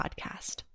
podcast